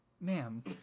ma'am